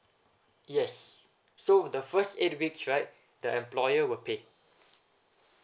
yes so the first eight weeks right the employer will pay